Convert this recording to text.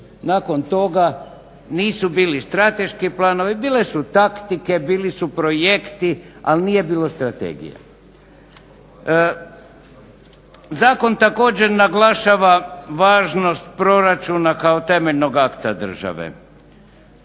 Nakon toga nisu bili strateški planovi, bile su taktike, bili su projekti ali nije bilo strategije. Zakon također naglašava važnost proračuna kao temeljnog akta države,